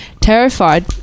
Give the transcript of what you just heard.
Terrified